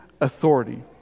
authority